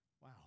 Wow